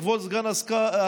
כבוד סגן השר,